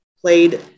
played